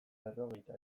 berrogeita